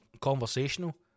conversational